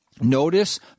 notice